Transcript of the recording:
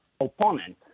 opponent